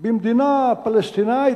במדינה פלסטינית,